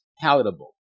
palatable